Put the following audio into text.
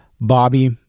Bobby